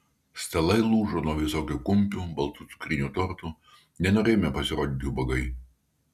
stalai lūžo nuo visokių kumpių baltų cukrinių tortų nenorėjome pasirodyti ubagai